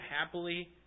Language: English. happily